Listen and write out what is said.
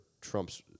Trump's